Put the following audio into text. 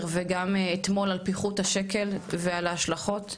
וגם אתמול על פיחות השקל ועל ההשלכות,